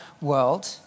world